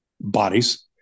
bodies